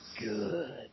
Good